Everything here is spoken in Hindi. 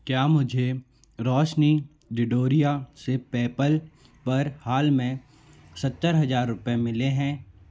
क्या मुझे रोशनी डिडोरिया से पेपल पर हाल में सत्तर हज़ार रुपये मिले हैं